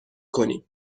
کنیم